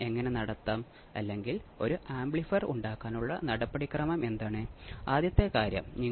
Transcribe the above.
ഇതാണ് ഈ സ്ലൈഡിൽ കാണിച്ചിരിക്കുന്നത്